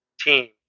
team